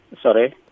Sorry